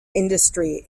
industry